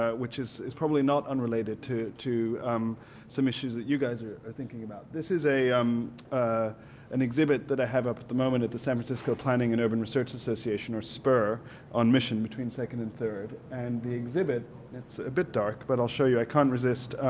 ah which is is probably not unrelated to to um some issues that you guys are thinking about. this is um ah an exhibit that i have up at the moment at the san francisco planning and urban research association or spur on mission between second and third. and the exhibit it's a bit dark but i'll show you i can't resist